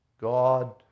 God